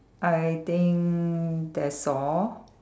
I think that's all